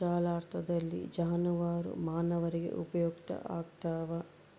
ವಿಶಾಲಾರ್ಥದಲ್ಲಿ ಜಾನುವಾರು ಮಾನವರಿಗೆ ಉಪಯುಕ್ತ ಆಗ್ತಾವ